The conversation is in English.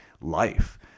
life